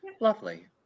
Lovely